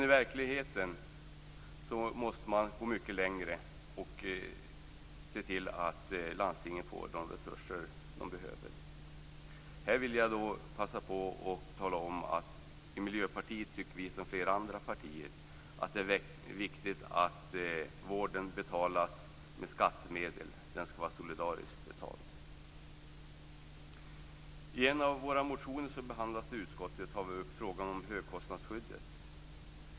I verkligheten måste man gå mycket längre, och se till att landstingen får de resurser de behöver. Jag vill passa på att säga att Miljöpartiet som flera andra partier tycker att det är viktigt att vården betalas med skattemedel. Den skall vara solidariskt betald. I en av Miljöpartiets motioner, som behandlats i utskottet, tar vi upp frågan om högkostnadsskyddet.